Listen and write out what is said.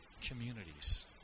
communities